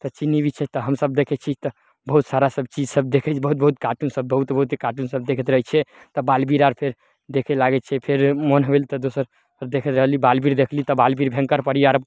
तऽ चिन्नी बिछे तऽ हमसब देखै छी तऽ बहुत सारा सब चीज सब देखै छी बहुत बहुत काटुन सब बहुत बहुते काटुन सब देखैत रहै छियै तऽ बालबीर आर फेर देखे लागै छियै फेर मोन भेल तऽ दोसर सब देखैत रहली बालबीर देखली तऽ बालबीर भयंकर परी आर